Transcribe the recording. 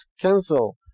cancel